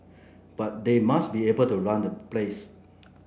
but they must be able to run the place